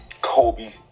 Kobe